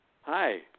Hi